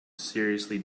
seriously